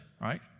right